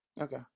Okay